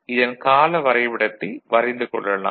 இதன் கால வரைபடத்தை வரைந்து கொள்ளலாம்